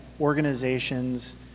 organizations